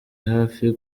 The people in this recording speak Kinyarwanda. hafi